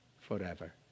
forever